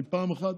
פעם אחת